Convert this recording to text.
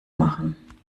machen